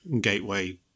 gateway